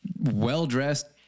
well-dressed